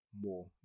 more